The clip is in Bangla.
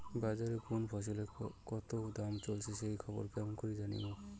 বাজারে কুন ফসলের কতো দাম চলেসে সেই খবর কেমন করি জানীমু?